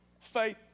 faith